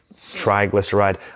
triglyceride